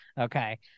okay